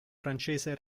francese